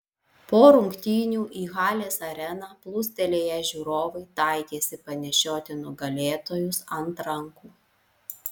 po rungtynių į halės areną plūstelėję žiūrovai taikėsi panešioti nugalėtojus ant rankų